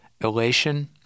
elation